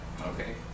Okay